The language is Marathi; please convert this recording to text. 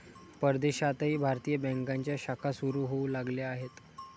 परदेशातही भारतीय बँकांच्या शाखा सुरू होऊ लागल्या आहेत